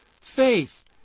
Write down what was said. faith